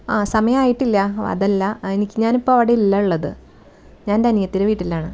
ആ സമയമായിട്ടില്ല അതല്ല എനിക്ക് ഞാനിപ്പോൾ അവിടെയല്ല ഉള്ളത് ഞാനെന്റെ അനിയത്തിയുടെ വീട്ടിലാണ്